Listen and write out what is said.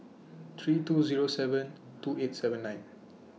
three two Zero seven two eight seven nine